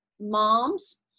moms